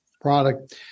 product